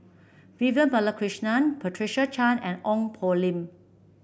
Vivian Balakrishnan Patricia Chan and Ong Poh Lim